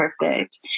perfect